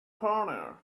corner